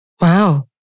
Wow